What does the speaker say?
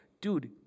Dude